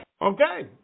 Okay